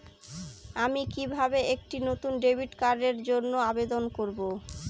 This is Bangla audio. আমি কিভাবে একটি নতুন ডেবিট কার্ডের জন্য আবেদন করব?